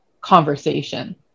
conversation